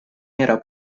era